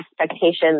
expectations